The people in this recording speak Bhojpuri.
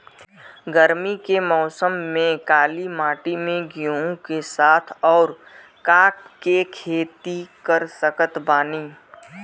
गरमी के मौसम में काली माटी में गेहूँ के साथ और का के खेती कर सकत बानी?